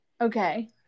Okay